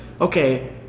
okay